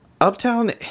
Uptown